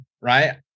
right